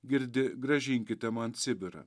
girdi grąžinkite man sibirą